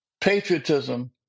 patriotism